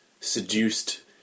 seduced